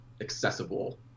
accessible